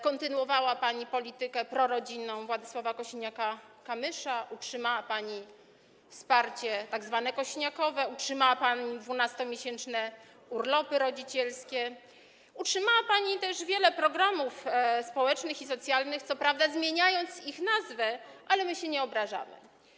Kontynuowała pani politykę prorodzinną Władysława Kosiniaka-Kamysza, utrzymała pani wsparcie, tzw. kosiniakowe, utrzymała pani 12-miesięczne urlopy rodzicielskie, utrzymała pani też wiele programów społecznych i socjalnych, co prawda zmieniając ich nazwę, ale my się nie obrażamy.